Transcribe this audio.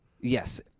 Yes